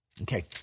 Okay